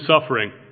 suffering